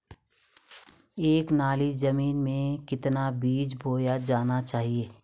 एक नाली जमीन में कितना बीज बोया जाना चाहिए?